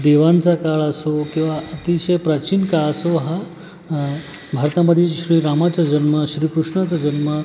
देवांचा काळ असो किंवा अतिशय प्राचीन काळ असो हा भारतामध्ये श्री रामाचा जन्म श्रीकृष्णाचा जन्म हा